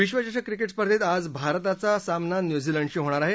विश्वचषक क्रिकेट स्पर्धेत आज भारताच्या सामना न्यूझीलंडशी होणार आहे